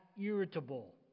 irritable